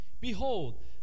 Behold